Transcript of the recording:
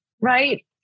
right